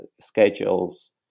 schedules